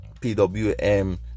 pwm